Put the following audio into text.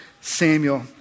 Samuel